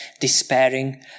despairing